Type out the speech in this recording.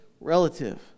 relative